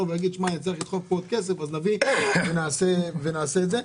ויגיד שהוא צריך לדחוף פה עוד כסף אז נביא ונעשה את זה.